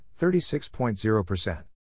36.0%